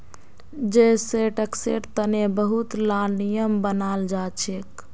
जै सै टैक्सेर तने बहुत ला नियम बनाल जाछेक